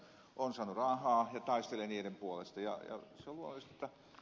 on saanut rahaa ja taistelee sen puolesta